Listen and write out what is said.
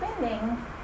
spending